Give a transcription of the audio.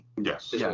Yes